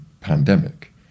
pandemic